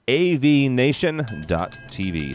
avnation.tv